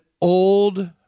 old